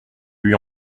lui